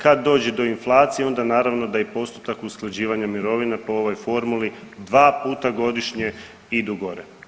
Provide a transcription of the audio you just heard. Kad dođe do inflacije onda naravno da i postotak usklađivanja mirovina po ovoj formuli dva puta godišnje idu gore.